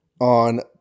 on